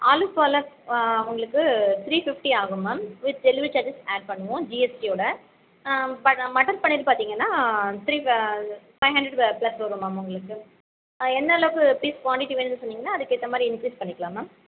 ஆலு பாலக் உங்களுக்கு three fifty ஆகும் ma'am with delivery charges add பண்ணுவோம் ஜிஎஸ்டியோடு ப மட்டர் பன்னீர் பார்த்தீங்கன்னா த்ரீ ப ஃபை ஹண்ட்ரட் ப்ளஸ் வரும் மேம் உங்களுக்கு என்ன அளவுக்கு பீஸ் குவான்டிட்டி வேணும்னு சொன்னிங்கன்னால் அதுக்கேற்ற மாதிரி இன்க்ரீஸ் பண்ணிக்கலாம் மேம்